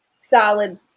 solid